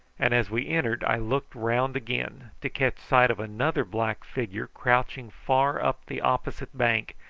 and as we entered i looked round again, to catch sight of another black figure crouching far up the opposite bank,